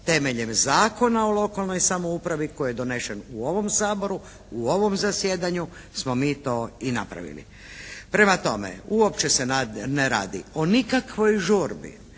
temeljem Zakona o lokalnoj samoupravi koji je donesen u ovom Saboru, u ovom zasjedanju smo mi to i napravili. Prema tome, uopće se ne radi o nikakvoj žurbi